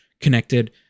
connected